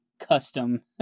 custom